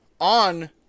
on